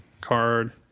card